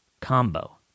combo